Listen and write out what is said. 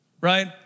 right